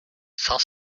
cent